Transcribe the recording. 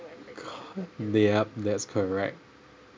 cau~ yup that's correct